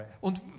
Und